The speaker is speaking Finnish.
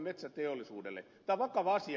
tämä on vakava asia